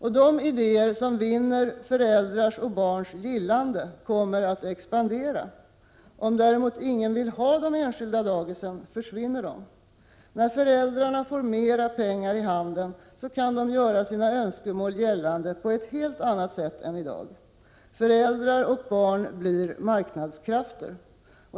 De idéer som vinner föräldrars och barns gillande kommer att expandera. Om däremot ingen vill ha de enskilda daghemmen försvinner de. När föräldrarna får mer pengar i handen kan de göra sina önskemål gällande på ett helt annat sätt än i dag. Föräldrar och barn blir marknadskrafter.